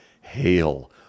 hail